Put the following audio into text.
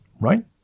right